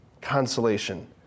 consolation